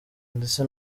ndetse